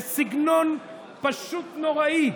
בסגנון פשוט נוראי,